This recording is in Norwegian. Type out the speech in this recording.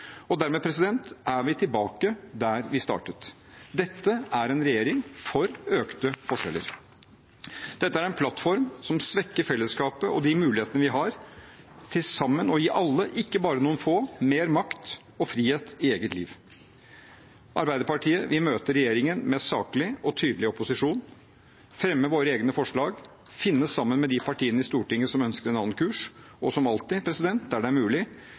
det. Dermed er vi tilbake der vi startet: Dette er en regjering for økte forskjeller. Dette er en plattform som svekker fellesskapet og de mulighetene vi har til sammen å gi alle, ikke bare noen få, mer makt og frihet i eget liv. Arbeiderpartiet vil møte regjeringen med saklig og tydelig opposisjon, fremme våre egne forslag, finne sammen med de partiene i Stortinget som ønsker en annen kurs, og som alltid, der det er mulig,